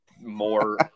more